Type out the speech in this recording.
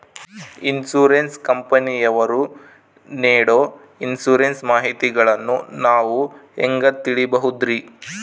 Insurance ಕಂಪನಿಯವರು ನೇಡೊ insurance ಮಾಹಿತಿಗಳನ್ನು ನಾವು ಹೆಂಗ ತಿಳಿಬಹುದ್ರಿ?